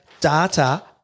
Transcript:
data